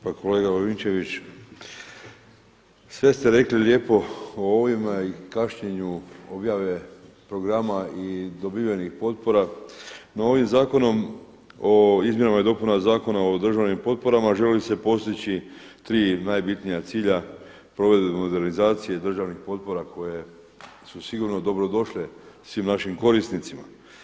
Pa kolega Lovrinović, sve ste rekli lijepo o ovima i kašnjenju objave programa i dobivenih potpora no ovim zakonom o izmjenama i dopunama Zakona o državnim potporama želi se postići tri najbitnija cilja provedbe modernizacije državnih potpora koje su sigurno dobro došle svim našim korisnicima.